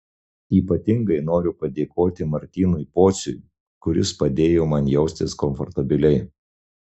ypatingai noriu padėkoti martynui pociui kuris padėjo man jaustis komfortabiliai